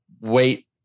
wait